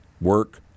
work